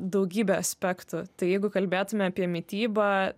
daugybe aspektų tai jeigu kalbėtume apie mitybą